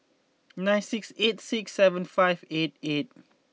nine six eight six seven five eight eight